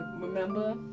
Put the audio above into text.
remember